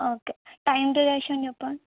okay time duration చెప్పండి